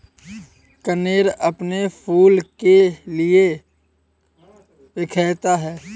कनेर अपने फूल के लिए विख्यात है